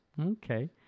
Okay